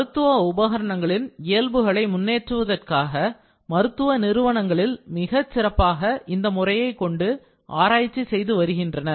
மருத்துவ உபகரணங்களின் இயல்புகளை முன்னேற்றுவதற்காக மருத்துவ நிறுவனங்களில் மிகச் சிறப்பாக இந்த முறையை கொண்டு ஆராய்ச்சி செய்து வருகின்றனர்